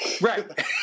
right